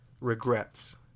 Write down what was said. regrets